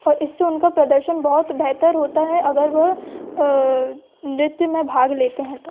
और इससे उनका प्रदर्शन बहुत बेहतर होता है अगर वह नृत्य में भाग लेते हैं तो